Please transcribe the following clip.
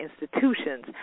institutions